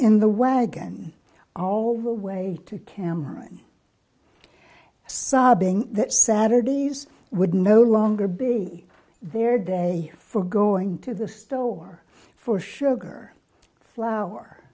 in the wagon all the way to cameron sobbing that saturdays would no longer be their day for going to the store for sugar flour